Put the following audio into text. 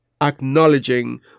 acknowledging